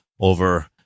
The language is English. over